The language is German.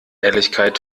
ehrlichkeit